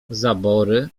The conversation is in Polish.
zabory